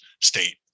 state